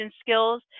skills